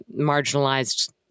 marginalized